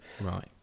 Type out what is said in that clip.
Right